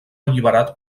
alliberat